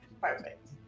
Perfect